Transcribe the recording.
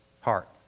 heart